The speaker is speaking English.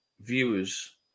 viewers